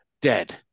Dead